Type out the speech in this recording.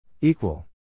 Equal